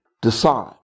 decide